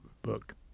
book